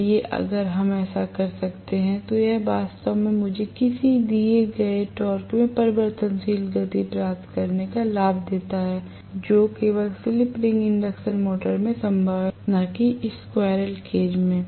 इसलिए अगर हम ऐसा कर सकते हैं तो यह वास्तव में मुझे किसी दिए गए टॉर्क में परिवर्तनशील गति प्रदान करने का लाभ देता है जो केवल स्लिप रिंग इंडक्शन मोटर में संभव है न कि स्क्वीररेल केज में